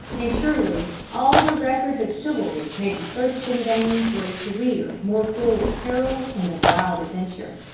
and surely all the records of chivalry may be searched in vain for a career more full of peril and of wild adventure.